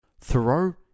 Thoreau